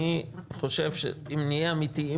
אם נהיה אמתיים,